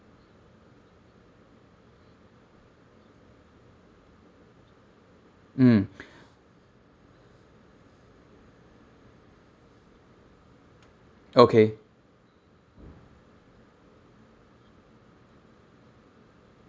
mm okay